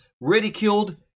ridiculed